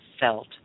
felt